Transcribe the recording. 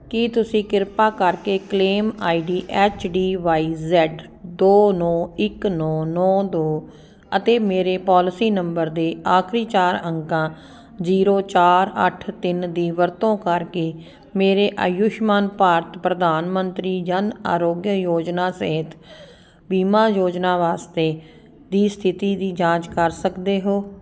ਕੀ ਤੁਸੀਂ ਕਿਰਪਾ ਕਰਕੇ claim I D H D Y Z ਦੋ ਨੌਂ ਇੱਕ ਨੌਂ ਨੌਂ ਦੋ ਅਤੇ ਮੇਰੇ ਪੋਲਿਸੀ ਨੰਬਰ ਦੇ ਆਖਰੀ ਚਾਰ ਅੰਕਾਂ ਜ਼ੀਰੋ ਚਾਰ ਅੱਠ ਤਿੰਨ ਦੀ ਵਰਤੋਂ ਕਰਕੇ ਮੇਰੇ ਆਯੂਸ਼ਮਾਨ ਭਾਰਤ ਪ੍ਰਧਾਨ ਮੰਤਰੀ ਜਨ ਅਰੋਗਿਆ ਯੋਜਨਾ ਸਿਹਤ ਬੀਮਾ ਯੋਜਨਾ ਵਾਸਤੇ ਦੀ ਸਥਿਤੀ ਦੀ ਜਾਂਚ ਕਰ ਸਕਦੇ ਹੋ